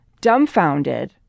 Dumbfounded